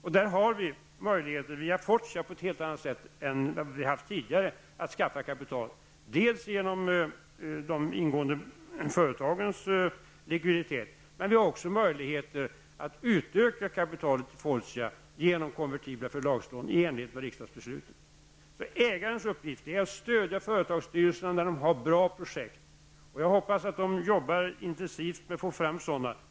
Vi har nu, via Fortia, möjligheter att på ett helt annat sätt än tidigare skaffa kapital. Dels ges möjligheter genom de ingående företagens likviditet, dels har vi möjligheter att utöka kapitalet i Fortia genom konvertibla förlagslån, i enlighet med riksdagsbeslutet. Ägarens uppgift är att stödja företagsstyrelserna när de har bra projekt. Jag hoppas att de arbetar intensivt med att få fram sådana.